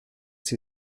sie